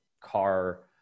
car